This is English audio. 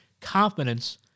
confidence